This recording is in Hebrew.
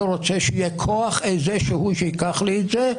רוצה שיהיה כוח כלשהו שייקח לי את זה,